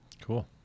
Cool